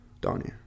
Donnie